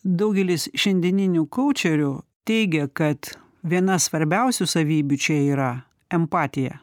daugelis šiandieninių kaučerių teigia kad viena svarbiausių savybių čia yra empatija